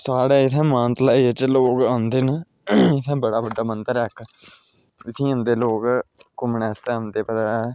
साढ़े इ'त्थें मानतलाई बिच लोग औंदे न इ'त्थें बड़ा बड्डा मंदर ऐ इक इ'त्थें ई औंदे लोक घूमने आस्तै औंदे